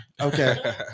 Okay